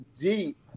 deep